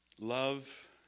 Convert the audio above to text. Love